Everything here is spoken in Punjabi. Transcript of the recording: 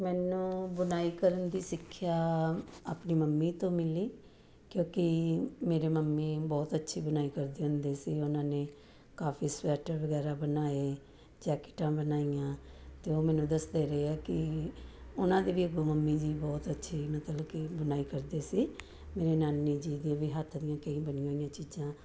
ਮੈਨੂੰ ਬੁਣਾਈ ਕਰਨ ਦੀ ਸਿੱਖਿਆ ਆਪਣੀ ਮੰਮੀ ਤੋਂ ਮਿਲੀ ਕਿਉਂਕਿ ਮੇਰੇ ਮੰਮੀ ਬਹੁਤ ਅੱਛੀ ਬੁਣਾਈ ਕਰਦੇ ਹੁੰਦੇ ਸੀ ਉਹਨਾਂ ਨੇ ਕਾਫੀ ਸਵੈਟਰ ਵਗੈਰਾ ਬਣਾਏ ਜੈਕਟਾਂ ਬਣਾਈਆਂ ਅਤੇ ਉਹ ਮੈਨੂੰ ਦੱਸਦੇ ਰਹੇ ਹੈ ਕਿ ਉਹਨਾਂ ਦੇ ਵੀ ਮੰਮੀ ਜੀ ਬਹੁਤ ਅੱਛੇ ਮਤਲਬ ਕਿ ਬੁਣਾਈ ਕਰਦੇ ਸੀ ਮੇਰੇ ਨਾਨੀ ਜੀ ਦੀ ਵੀ ਹੱਥ ਦੀਆਂ ਕਈ ਬਣੀਆਂ ਹੋਈਆਂ ਚੀਜ਼ਾਂ